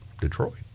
Detroit